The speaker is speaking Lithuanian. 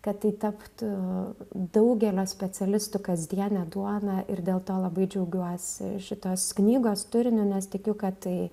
kad tai taptų daugelio specialistų kasdienė duona ir dėl to labai džiaugiuosi šitos knygos turiniu nes tikiu kad tai